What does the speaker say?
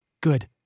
Good